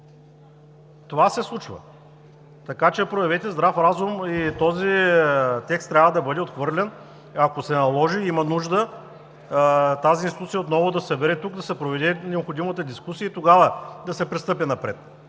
Това се случва! Проявете здрав разум и този текст трябва да бъде отхвърлен. Ако се наложи, ако има нужда, тази институция отново да се събере тук, да се проведе необходимата дискусия и тогава да се пристъпи напред.